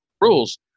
rules